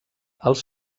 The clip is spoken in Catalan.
els